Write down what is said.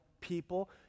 people